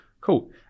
Cool